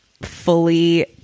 fully